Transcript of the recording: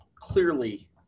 clearly